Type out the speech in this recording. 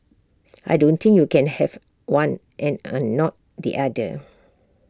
I don't think you can have one and not the other